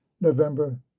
november